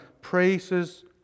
praises